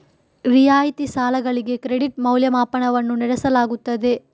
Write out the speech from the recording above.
ರಿಯಾಯಿತಿ ಸಾಲಗಳಿಗೆ ಕ್ರೆಡಿಟ್ ಮೌಲ್ಯಮಾಪನವನ್ನು ನಡೆಸಲಾಗುತ್ತದೆ